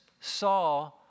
saw